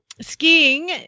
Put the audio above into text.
skiing